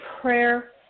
prayer